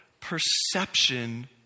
perception